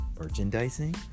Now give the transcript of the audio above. merchandising